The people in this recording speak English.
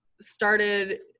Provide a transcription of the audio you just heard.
started